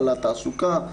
לתעסוקה,